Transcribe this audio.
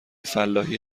فلاحی